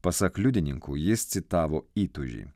pasak liudininkų jis citavo įtūžį